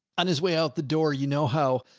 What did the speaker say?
on his way out the door, you know how, ah,